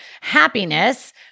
happiness